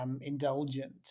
Indulgent